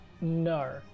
no